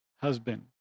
husband